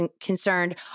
concerned